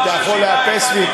אם אתה יכול לאפס לי,